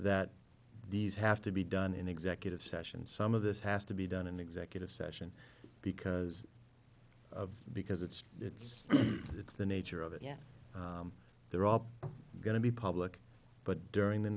that these have to be done in executive session some of this has to be done in executive session because of because it's it's it's the nature of it yeah there are going to be public but during the